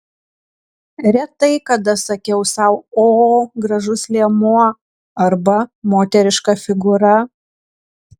retai kada sakiau sau o gražus liemuo arba moteriška figūra